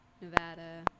Nevada